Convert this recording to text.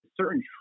certain